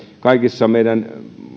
kaikissa meidän